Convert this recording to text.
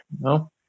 no